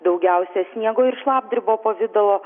daugiausia sniego ir šlapdribo pavidalo